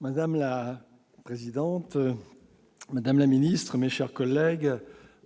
Madame la présidente, madame la ministre, mes chers collègues,